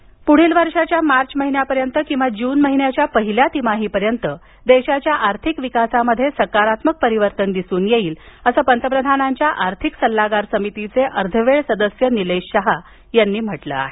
आर्थिक वृद्धी दर पुढील वर्षाच्या मार्च महिन्यापर्यंत किंवा जून महिन्याच्या पहिली तिमाहीपर्यंत देशाच्या आर्थिक विकासात सकारात्मक परिवर्तन दिसून येईल असं पंतप्रधानांच्या आर्थिक सल्लागार परिषदेचे अर्ध वेळ सदस्य निलेश शाह यांनी म्हंटल आहे